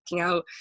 out